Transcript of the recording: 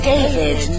David